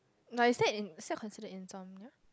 no is that in is that considered insomnia